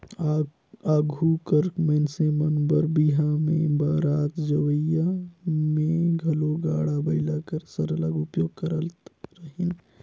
आघु कर मइनसे मन बर बिहा में बरात जवई में घलो गाड़ा बइला कर सरलग उपयोग करत रहिन